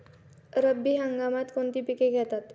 रब्बी हंगामात कोणती पिके घेतात?